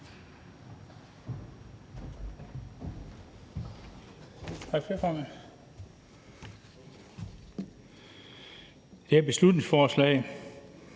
det her beslutningsforslag